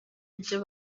ibyo